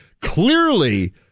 clearly